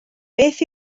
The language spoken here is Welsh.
beth